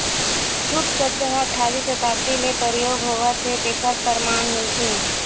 jute सब्द ह अठारवी सताब्दी ले परयोग होवत हे तेखर परमान मिलथे